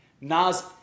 Nas